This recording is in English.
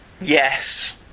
Yes